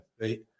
Right